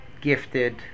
gifted